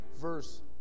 verse